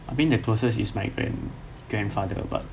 I think the closest is my grand grandfather but